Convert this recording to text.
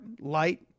light